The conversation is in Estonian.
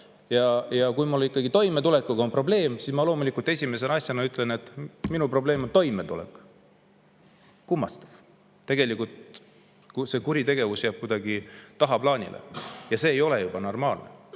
kui mul on ikkagi toimetulekuga probleeme, ma loomulikult esimese asjana ütlen, et minu probleem on toimetulek. Kummastav, kuritegevus jääb kuidagi tagaplaanile. See ei ole ju ka normaalne.